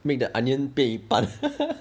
make the onion 变一半